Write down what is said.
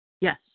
Yes